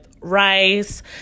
rice